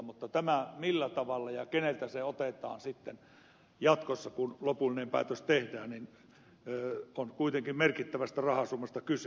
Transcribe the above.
mutta tässä millä tavalla ja keneltä se otetaan sitten jatkossa kun lopullinen päätös tehdään on kuitenkin merkittävästä rahasummasta kyse